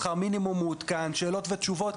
שכר המינימום המעודכן ושאלות ותשובות.